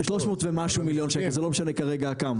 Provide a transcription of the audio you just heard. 300 ומשהו מיליון שקלים, זה לא משנה כרגע כמה.